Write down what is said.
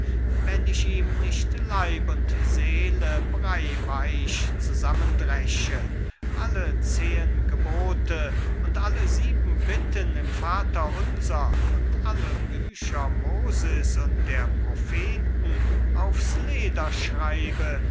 welt wenn ich ihm nicht leib und seele breiweich zusammendresche alle zehen gebote und alle sieben bitten im vaterunser und alle bücher mosis und der propheten aufs leder schreibe